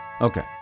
Okay